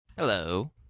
Hello